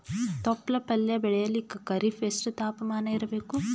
ತೊಪ್ಲ ಪಲ್ಯ ಬೆಳೆಯಲಿಕ ಖರೀಫ್ ಎಷ್ಟ ತಾಪಮಾನ ಇರಬೇಕು?